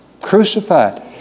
crucified